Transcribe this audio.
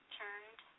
turned